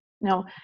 Now